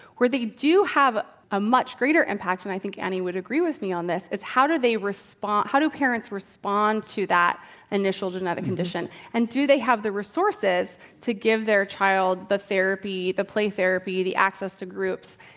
where they do have a much greater impact, and i think annie would agree with me on this, is, how do they how do parents respond to that initial genetic condition, and do they have the resources to give their child the therapy, the play therapy, the access to groups,